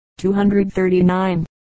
239